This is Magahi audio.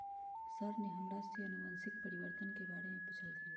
सर ने हमरा से अनुवंशिक परिवर्तन के बारे में पूछल खिन